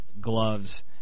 gloves